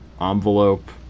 envelope